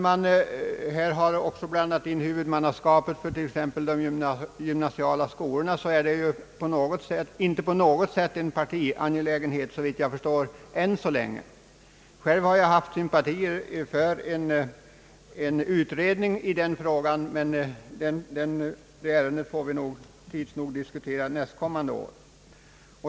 Man har här blandat in huvudmannaskapet för t.ex. de gymnasiala skolorna. Det är inte på något sätt, såvitt jag förstår, en partiangelägenhet än så länge. Själv har jag haft sympatier för en utredning i den frågan, men det ärendet får vi diskutera nästkommande år.